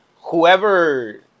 whoever